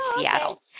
Seattle